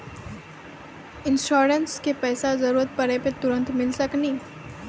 इंश्योरेंसबा के पैसा जरूरत पड़े पे तुरंत मिल सकनी?